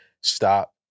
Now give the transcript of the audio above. Stop